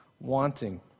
Wanting